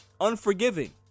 unforgiving